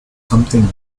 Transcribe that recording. something